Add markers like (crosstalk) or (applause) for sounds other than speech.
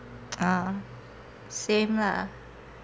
(noise) oh same lah